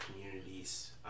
communities